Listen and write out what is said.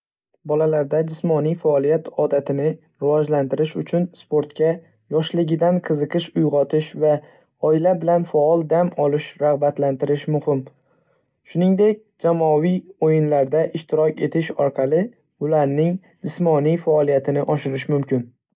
Bolalarda jismoniy faoliyat odatini rivojlantirish uchun sportga yoshligidan qiziqish uyg‘otish va oila bilan faol dam olish rag‘batlantirish muhim. Shuningdek, jamoaviy o‘yinlarda ishtirok etish orqali ularning jismoniy faoliyatini oshirish mumkin.